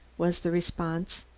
was the response.